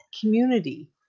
community